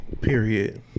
period